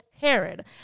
Herod